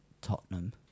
Tottenham